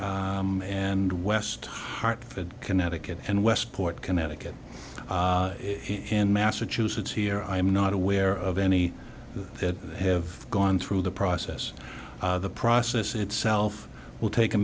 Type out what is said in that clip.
and west hartford connecticut and westport connecticut and massachusetts here i am not aware of any that have gone through the process the process itself will take a